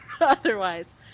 Otherwise